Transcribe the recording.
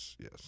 yes